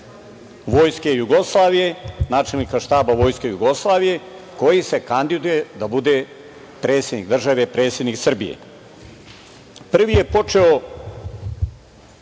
Vojske Jugoslavije, načelnika Štaba Vojske Jugoslavije, koji se kandiduje da bude predsednik države, predsednik Srbije. Prvi je počeo